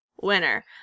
winner